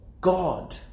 god